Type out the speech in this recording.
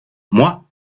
moi